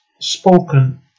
Spoken